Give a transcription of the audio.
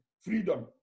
freedom